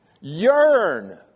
yearn